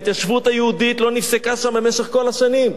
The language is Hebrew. ההתיישבות היהודית לא נפסקה שם במשך כל השנים.